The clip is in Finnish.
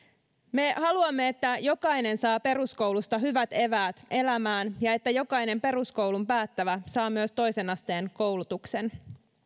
me haluamme että jokainen saa peruskoulusta hyvät eväät elämään ja että jokainen peruskoulun päättävä saa myös toisen asteen koulutuksen